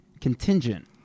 contingent